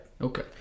Okay